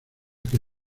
que